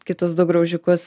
kitus du graužikus